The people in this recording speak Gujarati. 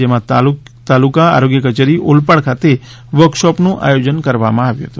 જેમાં તાલુકા આરોગ્ય કચેરી ઓલપાડ ખાતે વર્કશોપનું આથોજન કરવામાં આવ્યું હતું